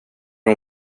hon